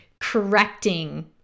correcting